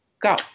Go